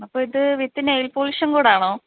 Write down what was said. അപ്പോൾ ഇത് with nail പോളിഷും കൂടാണോ